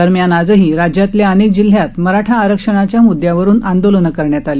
दरम्यान आजही राज्यातल्या अनेक जिल्ह्यात मराठा आरक्षणाच्या मुददयावरुन आंदोलनं करण्यात आली